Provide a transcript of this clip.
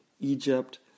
Egypt